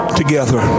together